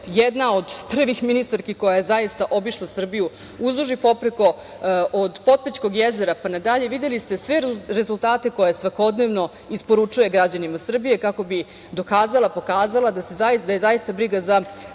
jedna od prvih ministarki koja je obišla Srbiju, uzduž i popreko. Od Potpećkog jezera pa na dalje videli ste sve rezultate koje svakodnevno isporučuje građanima Srbije kako bi dokazala, pokazala da je zaista briga za